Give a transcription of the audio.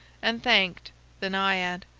and thanked the naiad.